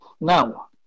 Now